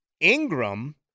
Ingram